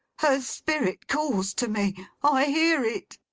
her spirit calls to me. i hear it